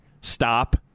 stop